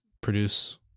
produce